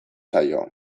zaio